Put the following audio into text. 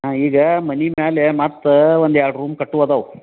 ಹಾಂ ಈಗ ಮನೆ ಮೇಲೆ ಮತ್ತೆ ಒಂದು ಎರಡು ರೂಮ್ ಕಟ್ಟು ಅದಾವೆ